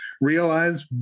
realize